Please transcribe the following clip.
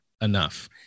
enough